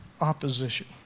opposition